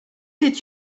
did